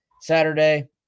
Saturday